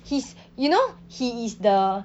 he's you know he is the